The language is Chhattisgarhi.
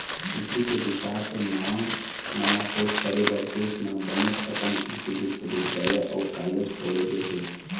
कृषि के बिकास अउ नवा नवा सोध करे बर देश म बनेच अकन कृषि बिस्वबिद्यालय अउ कॉलेज खोले गे हे